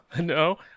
no